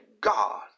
God